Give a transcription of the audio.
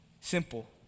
Simple